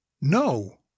No